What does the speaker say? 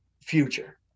Future